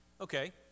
Okay